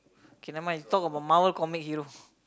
K nevermind talk about Marvel comic hero